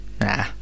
Nah